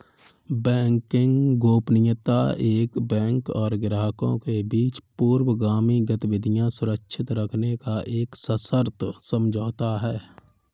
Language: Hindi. बैंकिंग गोपनीयता एक बैंक और ग्राहकों के बीच पूर्वगामी गतिविधियां सुरक्षित रखने का एक सशर्त समझौता है